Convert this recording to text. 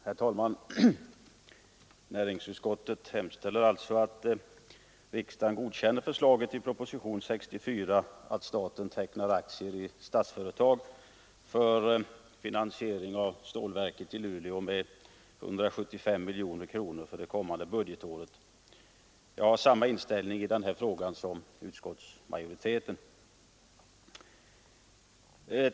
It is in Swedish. Herr talman! Näringsutskottet hemställer att riksdagen godkänner förslaget i propositionen 64 att staten tecknar aktier i Statsföretag för finansiering av stålverket i Luleå med 175 miljoner kronor för det kommande budgetåret. Jag har samma inställning i denna fråga som utskottsmajoriteten.